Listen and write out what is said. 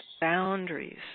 boundaries